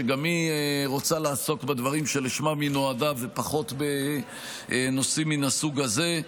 שגם היא רוצה לעסוק בדברים שלשמם היא נועדה ופחות בנושאים מן הסוג הזה,